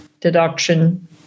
deduction